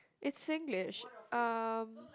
it's Singlish um